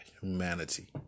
humanity